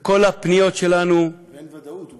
כל הפניות שלנו, ואין ודאות.